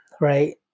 right